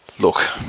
Look